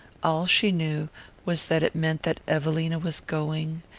all she knew was that it meant that evelina was going,